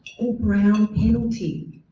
or brown penalty.